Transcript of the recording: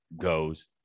goes